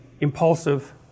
impulsive